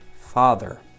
father